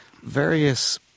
various